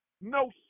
no